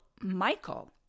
Michael